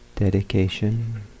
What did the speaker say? Dedication